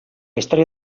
història